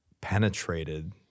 penetrated